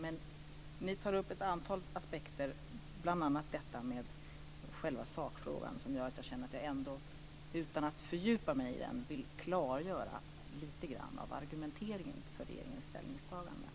Men ni tar upp ett antal aspekter, bl.a. på själva sakfrågan, som jag gör att jag utan att fördjupa mig i den vill klargöra lite grann av argumenteringen för regeringens ställningstagande,